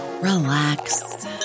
relax